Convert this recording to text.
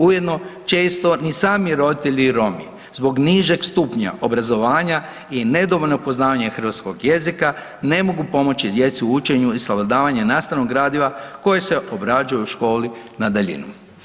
Ujedno često ni sami roditelji Romi zbog nižeg stupnja obrazovanja i nedovoljno poznavanja hrvatskog jezika ne mogu pomoći djeci u učenju i savladavanje nastavnog gradiva koje se obrađuje u školi na daljinu.